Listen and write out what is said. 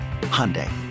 Hyundai